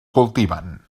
cultiven